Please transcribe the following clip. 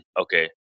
okay